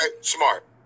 Smart